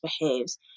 behaves